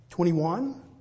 Twenty-one